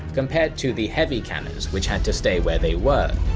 compared to the heavy cannons which had to stay where they were.